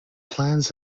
plans